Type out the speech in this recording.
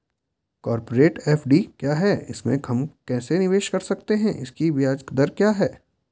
Corporate FD क्या है इसमें हम कैसे निवेश कर सकते हैं इसकी ब्याज दर क्या है?